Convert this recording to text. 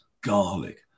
garlic